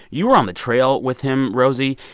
you were on the trail with him, rosie.